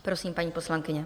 Prosím, paní poslankyně.